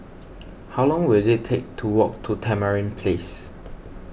how long will it take to walk to Tamarind Place